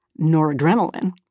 noradrenaline